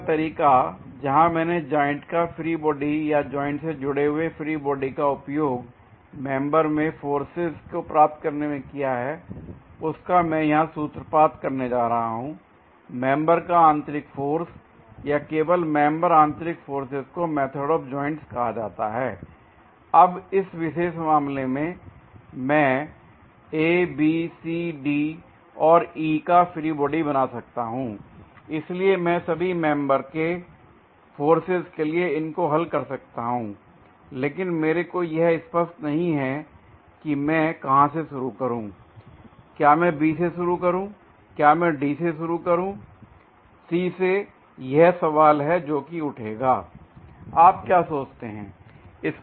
ऐसा तरीका जहां मैंने जॉइंट का फ्री बॉडी या जॉइंट से जुड़े हुए फ्री बॉडी का उपयोग मेंबर्स में फोर्सेज को प्राप्त करने में किया है उसका मैं यहां सूत्रपात करने जा रहा हूं मेंबर का आंतरिक फोर्स या केवल मेंबर आंतरिक फोर्सेज को मेथड ऑफ़ जॉइंटस कहा जाता है l अब इस विशेष मामले में मैं A B C D और E का फ्री बॉडी बना सकता हूं l इसलिए मैं सभी मेंबर के फोर्सेज के लिए इनको हल कर सकता हूं लेकिन मेरे को यह स्पष्ट नहीं है की मैं कहां से शुरू करूं क्या मैं B से शुरू करूं क्या मैं D से शुरू करूं C से यह सवाल है जोकि उठेगा l आप क्या सोचते हैं